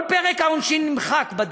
כל פרק העונשין נמחק בדיון.